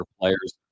players